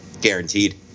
Guaranteed